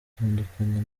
utandukanye